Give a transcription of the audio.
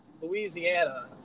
Louisiana